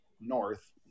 North